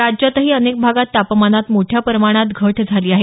राज्यातही अनेक भागात तापमानात मोठ्या प्रमाणात घट झाली आहे